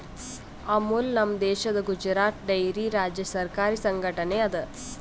ಅಮುಲ್ ನಮ್ ದೇಶದ್ ಗುಜರಾತ್ ಡೈರಿ ರಾಜ್ಯ ಸರಕಾರಿ ಸಂಘಟನೆ ಅದಾ